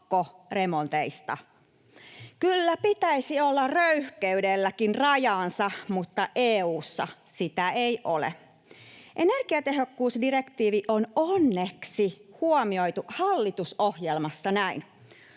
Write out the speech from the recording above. pakkoremonteista. Kyllä pitäisi olla röyhkeydelläkin rajansa, mutta EU:ssa sitä ei ole. Energiatehokkuusdirektiivi on onneksi huomioitu hallitusohjelmassa näin: